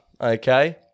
okay